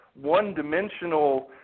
one-dimensional